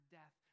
death